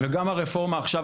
גם הרפורמה עכשיו,